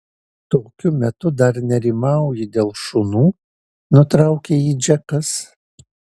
tokiu metu dar nerimauji dėl šunų nutraukė jį džekas